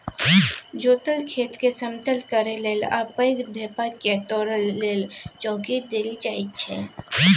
जोतल खेतकेँ समतल करय लेल आ पैघ ढेपाकेँ तोरय लेल चौंकी देल जाइ छै